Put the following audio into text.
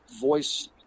voice